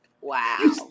Wow